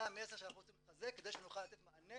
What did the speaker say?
זה המסר שאנחנו רוצים לחזק כדי שנוכל לתת מענה